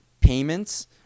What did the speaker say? payments